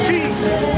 Jesus